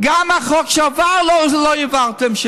גם אם זה לא מוצא חן בעיניכם,